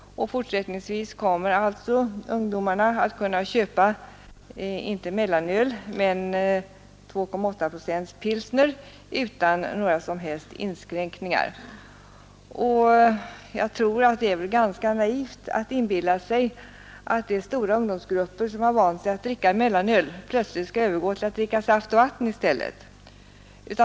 Fortsättningsvis kommer alltså ungdomar att kunna köpa inte mellanöl men 2,8 procents pilsner utan några som helst inskränkningar. Det är väl ganska naivt att inbilla sig att de stora ungdomsgrupper som vant sig vid att dricka mellanöl plötsligt skulle övergå till att dricka saft och vatten i stället.